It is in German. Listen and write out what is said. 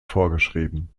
vorgeschrieben